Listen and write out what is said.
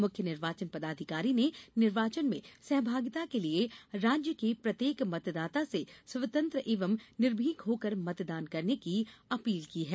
मुख्य निर्वाचन पदाधिकारी ने निर्वाचन में सहभागिता के लिये राज्य के प्रत्येक मतदाता से स्वतंत्र और निर्भीक होकर मतदान करने की अपील की है